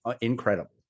incredible